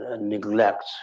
neglect